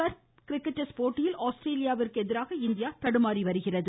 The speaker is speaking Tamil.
பாத் கிரிக்கெட் டெஸ்ட் போட்டியில் ஆஸ்திரேலியாவிற்கு எதிராக இந்தியா தடுமாறி வருகிறது